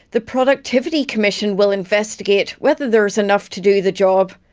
the productivity commission will investigate whether there's enough to do the job.